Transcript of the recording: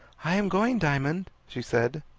i am going, diamond, she said.